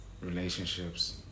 relationships